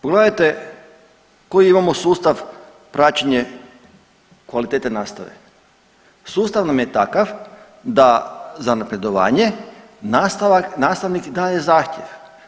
Pogledajte koji imamo sustav praćenje kvalitete nastave, sustav nam je takav za napredovanje nastavnik i dalje zahtjev.